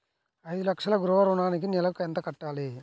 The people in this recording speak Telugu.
ఐదు లక్షల గృహ ఋణానికి నెలకి ఎంత కట్టాలి?